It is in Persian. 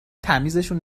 تمیزشون